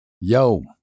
Yo